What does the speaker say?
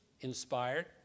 inspired